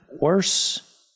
worse